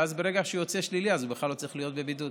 ואז ברגע שהוא יוצא שלילי הוא בכלל לא צריך להיות בבידוד.